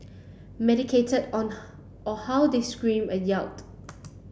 medicated on or how they screamed and yelled